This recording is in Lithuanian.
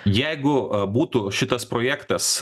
jeigu būtų šitas projektas